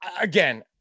Again